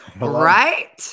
Right